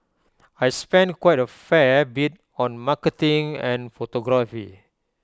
I spend quite A fair bit on marketing and photography